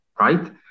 Right